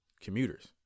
Commuters